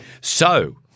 So-